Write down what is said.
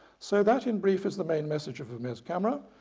so that in brief is the main message of vermeer's camera,